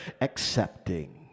accepting